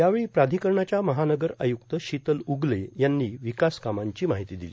यावेळी प्राधिकरणाच्या महानगर आयुक्त शीतल उगले यांनी विकास कामांची माहिती दिली